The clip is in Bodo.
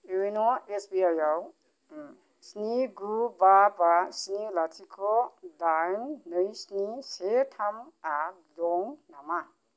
इउन' एसबि आइ आव स्नि गु बा बा स्नि लाथिख' दाइन नै स्नि से थाम आ दं नामा